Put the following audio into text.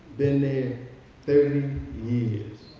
been there thirty years.